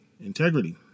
integrity